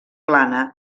plana